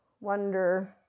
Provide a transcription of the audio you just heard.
wonder